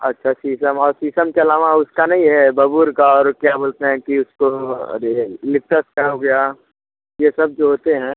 अच्छा शीशम और शीशम के अलावा उसका नहीं है बबुल का और क्या बोलते हैं कि उसको अरे लिप्टस का हो गया यह सब जो होते हैं